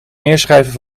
neerschrijven